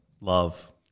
love